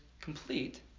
complete